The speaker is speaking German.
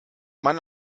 mann